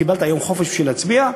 קיבלת יום חופש בשביל להצביע,